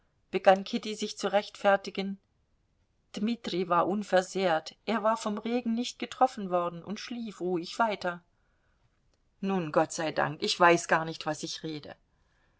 begann kitty sich zu rechtfertigen dmitri war unversehrt er war vom regen nicht getroffen worden und schlief ruhig weiter nun gott sei dank ich weiß gar nicht was ich rede